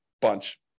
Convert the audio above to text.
bunch